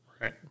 Right